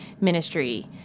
ministry